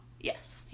Yes